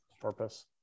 purpose